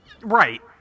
Right